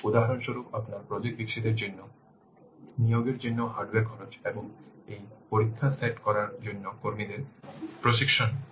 উদাহরণস্বরূপ আপনার প্রজেক্ট বিকশিতের জন্য নিয়োগের জন্য হার্ডওয়্যার খরচ এবং এই পরীক্ষা সেট করার জন্য কর্মীদের প্রশিক্ষণ খরচ